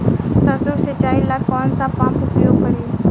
सरसो के सिंचाई ला कौन सा पंप उपयोग करी?